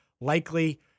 likely